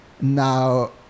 Now